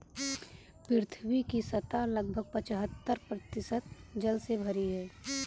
पृथ्वी की सतह लगभग पचहत्तर प्रतिशत जल से भरी है